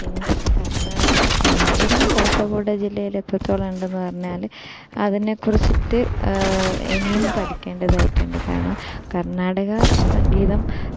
പിന്നെ കർണാടക സംഗീതം കാസർഗോഡ് ജില്ലയിലെ എത്രത്തോളം ഉണ്ടെന്ന് പറഞ്ഞാല് അതിനെക്കുറിച്ചിട്ട് ഇനിയും പഠിക്കേണ്ടതായിട്ടുണ്ട് കാരണം കർണാടക സംഗീതം